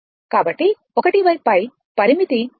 కాబట్టి 1π పరిమితి 0 నుండి π Im sinθ dθ